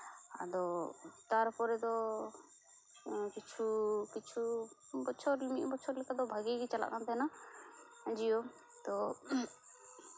ᱟᱫᱚ ᱛᱟᱨᱯᱚᱨᱮ ᱫᱚ ᱠᱤᱪᱷᱩ ᱠᱤᱪᱷᱩ ᱵᱚᱪᱷᱚᱨ ᱢᱤᱫ ᱵᱚᱪᱷᱚᱨ ᱞᱮᱠᱟᱫᱚ ᱵᱷᱟᱜᱮ ᱜᱮ ᱪᱟᱞᱟᱜ ᱠᱟᱱ ᱛᱟᱦᱮᱱᱟ ᱡᱤᱭᱳ ᱛᱮ